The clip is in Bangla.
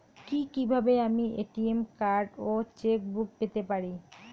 কি কিভাবে আমি এ.টি.এম কার্ড ও চেক বুক পেতে পারি?